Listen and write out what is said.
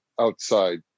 outside